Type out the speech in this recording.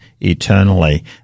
eternally